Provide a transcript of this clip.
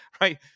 right